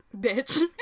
bitch